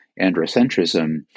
androcentrism